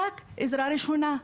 רק עזרה ראשונה.